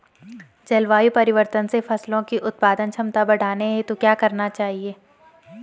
जलवायु परिवर्तन से फसलों की उत्पादन क्षमता बढ़ाने हेतु क्या क्या करना चाहिए?